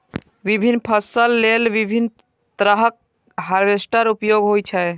विभिन्न फसल लेल विभिन्न तरहक हार्वेस्टर उपयोग होइ छै